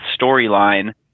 storyline